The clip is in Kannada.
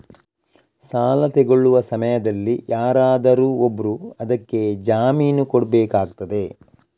ಸಾಲ ತೆಗೊಳ್ಳುವ ಸಮಯದಲ್ಲಿ ಯಾರಾದರೂ ಒಬ್ರು ಅದಕ್ಕೆ ಜಾಮೀನು ಕೊಡ್ಬೇಕಾಗ್ತದೆ